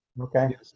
okay